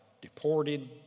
deported